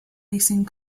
leasing